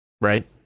Right